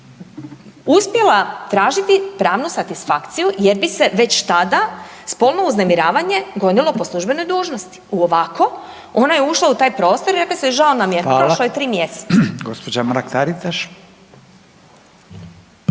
uspjela tražiti pravnu satisfakciju jer bi se već tada spolno uznemiravanje gonilo po službenoj dužnosti. U ovako, ona je ušla u taj prostor i rekli ste žao nam je prošlo je 3 mjeseca. **Radin, Furio (Nezavisni)** Fala.